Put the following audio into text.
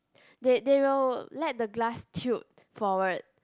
they they will let the glass tilt forward